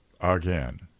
again